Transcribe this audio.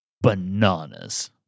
bananas